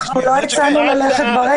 לא הצענו ללכת ברגל.